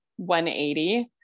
180